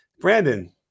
Brandon